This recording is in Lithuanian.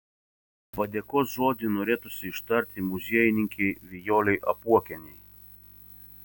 padėkos žodį norėtųsi ištarti muziejininkei vijolei apuokienei